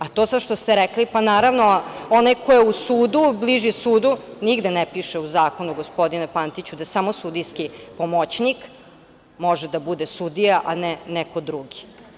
A to što ste sad rekli, pa, naravno, onaj ko je u sudu, bliži sudu, nigde ne piše u zakonu, gospodine Pantiću, da samo sudijski pomoćnik može da bude sudija a ne neko drugi.